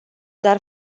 dar